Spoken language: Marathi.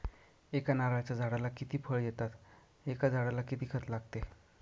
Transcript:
एका नारळाच्या झाडाला किती फळ येतात? एका झाडाला किती खत लागते?